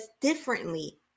differently